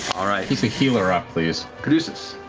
keep the healer up, please.